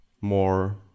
more